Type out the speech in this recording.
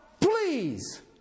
please